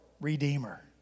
Redeemer